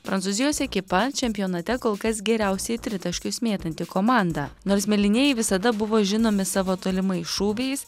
prancūzijos ekipa čempionate kol kas geriausiai tritaškius mėtanti komanda nors mėlynieji visada buvo žinomi savo tolimais šūviais